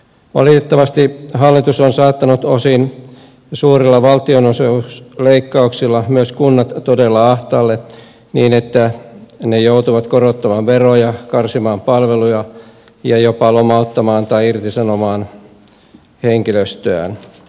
valitettavasti hallitus on saattanut osin suurilla valtionosuusleikkauksilla myös kunnat todella ahtaalle niin että ne joutuvat korottamaan veroja karsimaan palveluja ja jopa lomauttamaan tai irtisanomaan henkilöstöään